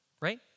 Right